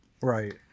Right